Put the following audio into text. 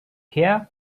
here